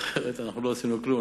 אחרת, לא עשינו כלום.